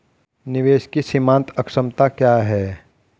निवेश की सीमांत क्षमता क्या है?